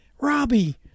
Robbie